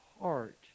heart